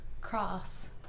cross